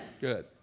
Good